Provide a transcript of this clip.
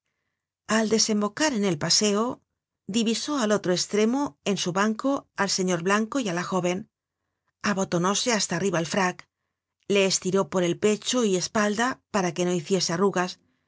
al desembocar en el paseo divisó al otro estremo cen su banco al señor blanco y á la jóven abotonóse hasta arriba el frac le estiró por el pecho y espalda para que no hiciese arrugas